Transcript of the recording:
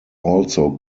also